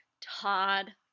Todd